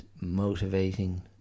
motivating